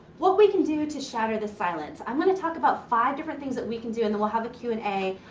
what we can do to shatter this silence. i'm gonna talk about five different things that we can do and then we'll have a q and a.